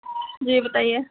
जी बताईए